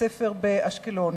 בבית-ספר באשקלון.